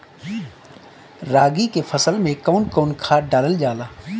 रागी के फसल मे कउन कउन खाद डालल जाला?